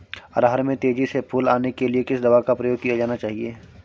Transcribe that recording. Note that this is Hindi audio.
अरहर में तेजी से फूल आने के लिए किस दवा का प्रयोग किया जाना चाहिए?